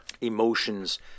Emotions